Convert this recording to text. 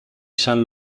san